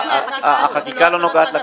החקיקה בכלל לא נוגעת לקציבה.